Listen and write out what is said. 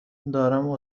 دارم